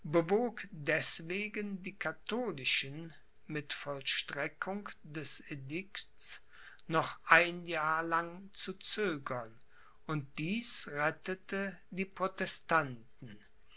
deßwegen die katholischen mit vollstreckung des edikts noch ein jahr lang zu zögern und dies rettete die protestanten